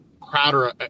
Crowder